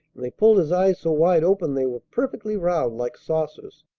they pulled his eyes so wide open they were perfectly round like saucers.